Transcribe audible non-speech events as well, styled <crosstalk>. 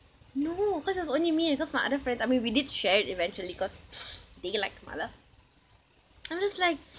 no cause it was only me and because my other friends I mean we did share it eventually cause <breath> they like mala I'm just like